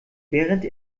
während